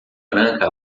branca